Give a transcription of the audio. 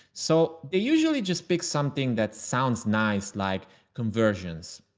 so they usually just pick something that sounds nice, like conversions.